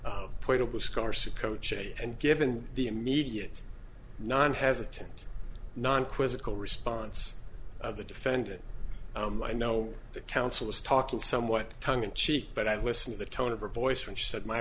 a and given the immediate non hesitant non quizzical response of the defendant i know the counsel is talking somewhat tongue in cheek but i'd listen to the tone of her voice when she said my